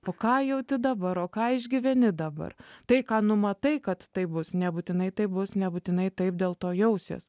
o ką jauti dabar o ką išgyveni dabar tai ką numatai kad taip bus nebūtinai taip bus nebūtinai taip dėl to jausies